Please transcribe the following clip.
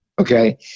Okay